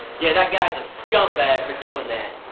yeah, that guy is a scumbag for doing that,